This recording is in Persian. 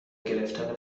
گرفتن